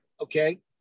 Okay